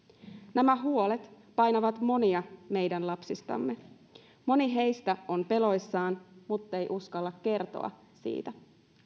nämä huolet painavat monia meidän lapsistamme moni heistä on peloissaan muttei uskalla kertoa siitä